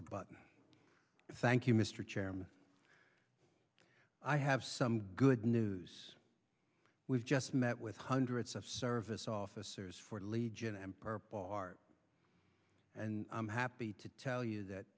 the but thank you mr chairman i have some good news was just met with hundreds of service officers for the legion and purple heart and i'm happy to tell you that